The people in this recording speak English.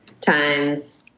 times